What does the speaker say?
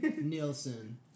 Nielsen